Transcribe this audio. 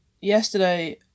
Yesterday